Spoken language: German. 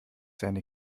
seine